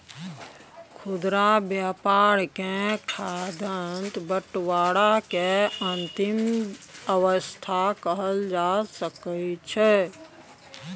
खुदरा व्यापार के खाद्यान्न बंटवारा के अंतिम अवस्था कहल जा सकइ छइ